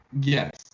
yes